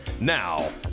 Now